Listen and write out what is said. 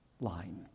line